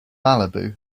malibu